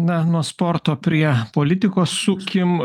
na nuo sporto prie politikos sukim